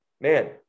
man